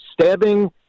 stabbing